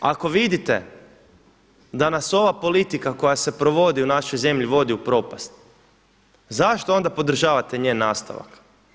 Ako vidite da nas ova politika koja se provodi u našoj zemlji vodi u propast, zašto onda podržavate njen nastavak.